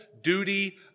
duty